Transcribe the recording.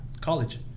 college